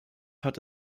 hat